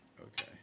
Okay